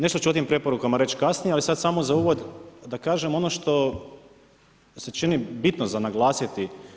Nešto ću o tim preporukama reći kasnije, ali sada damo za uvod da kažem ono što se čini bitno za naglasiti.